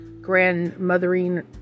grandmothering